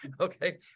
okay